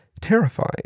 terrifying